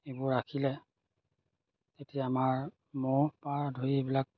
এইবোৰ ৰাখিলে তেতিয়া আমাৰ মহ ধৰি এইবিলাক